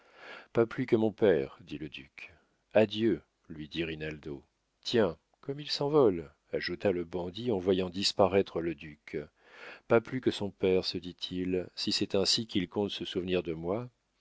pas plus que mon père dit le duc adieu lui dit rinaldo tiens comme il s'envole ajouta le bandit en voyant disparaître le duc pas plus que son père se dit-il si c'est ainsi qu'il compte se souvenir de moi